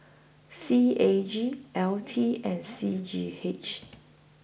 C A G L T and C G H